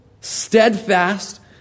steadfast